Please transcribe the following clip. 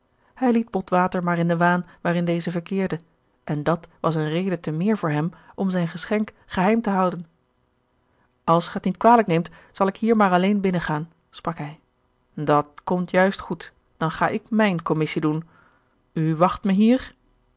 de tonnette maar in den waan waarin deze verkeerde en dat was eene reden te meer voor hem om zijn geschenk geheim te houden als ge t niet kwalijk neemt zal ik hier maar alleen binnengaan sprak hij dat komt juist goed dan ga ik mijn commissie doen u wacht me hier